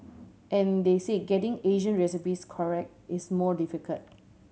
and they say getting Asian recipes correct is more difficult